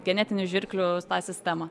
genetinių žirklių tą sistemą